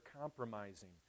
compromising